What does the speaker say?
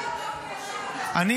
קודם כול,